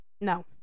No